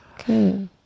Okay